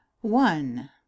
One